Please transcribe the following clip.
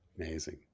Amazing